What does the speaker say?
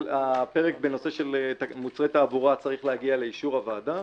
הפרק בנושא של מוצרי תעבורה צריך להגיע לאישור הוועדה,